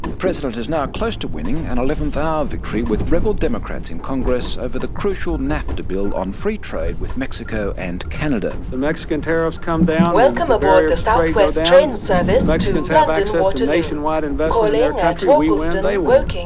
president is now close to winning an eleventh hour victory with rebel democrats in congress over the crucial nafta bill on free trade with mexico and canada. the mexican tariffs come down, the the barriers to trade go down and the mexicans have access to nationwide investments in their country. we win they win.